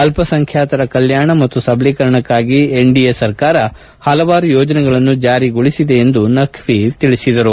ಅಲ್ಲಸಂಖ್ಕಾತರ ಕಲ್ಕಾಣ ಮತ್ತು ಸಬಲೀಕರಣಕ್ಕಾಗಿ ಎನ್ಡಿಎ ಸರ್ಕಾರ ಪಲವಾರು ಯೋಜನೆಗಳನ್ನು ಜಾರಿಗೊಳಿಸಿದೆ ಎಂದು ನಖ್ವಿ ಹೇಳಿದರು